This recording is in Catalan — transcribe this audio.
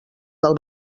del